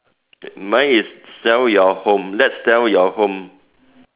mine is sell your home let's sell your home